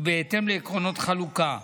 ובהתאם לעקרונות חלוקה,